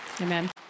Amen